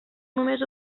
només